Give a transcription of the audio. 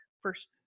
first